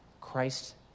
Christ